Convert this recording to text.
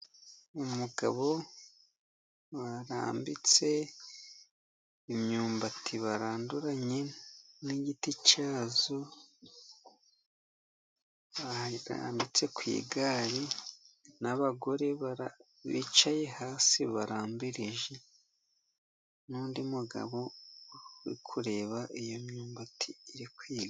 Umugabo barambitse imyumbati baranduranye n'igiti cyazo, barambitse ku igare n'abagore bicaye hasi barambirije, n'undi mugabo uri kureba iyo myumbati iri ku igare.